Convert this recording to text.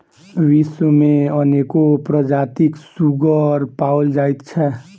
विश्व मे अनेको प्रजातिक सुग्गर पाओल जाइत छै